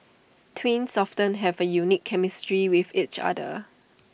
twins often have A unique chemistry with each other